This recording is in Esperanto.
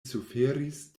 suferis